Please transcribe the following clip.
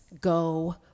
go